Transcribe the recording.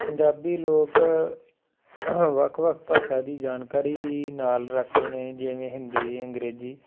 ਪੰਜਾਬੀ ਲੋਕ ਵੱਖ ਵੱਖ ਭਾਸ਼ਾ ਦੀ ਜਾਣਕਾਰੀ ਵੀ ਨਾਲ ਰੱਖਦੇ ਨੇ ਜਿਵੇਂ ਹਿੰਦੀ ਅੰਗਰੇਜ਼ੀ